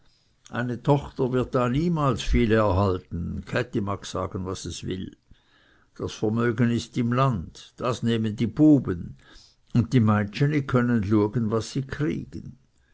eine tochter wird da niemals viel erhalten käthi mag sagen was es will das vermögen ist im land das nehmen die buben und die meitscheni können luegen was sie kriegen